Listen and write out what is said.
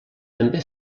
també